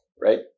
right